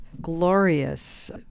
glorious